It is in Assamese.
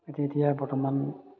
এইটো এতিয়া বৰ্তমান